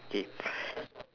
K